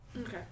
Okay